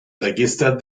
register